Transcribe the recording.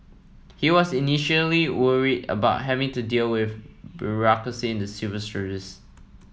he was initially worried about having to deal with bureaucracy in the civil service